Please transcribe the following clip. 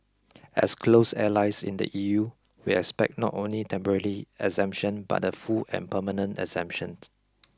as close allies in the E U we expect not only temporarily exemption but a full and permanent exemption